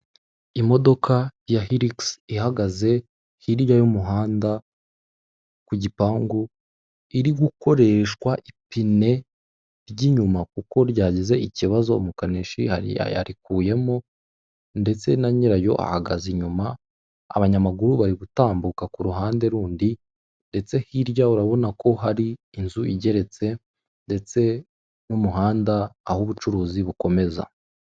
Imodoka ya hiligisi ihagaze hirya y'umuhanda ku gipangu iri gukoreshwa ipine ry'inyuma kuko ryagize ikibazo, umukanishi yarikuyemo ndetse na nyirayo ahagaze inyuma abanyamaguru bari gutambuka ku ruhande rundi, ndetse hirya urabona ko hari inzu igeretse ndetse n'umuhanda aho ubucuruzi bukomeza.